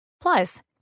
Plus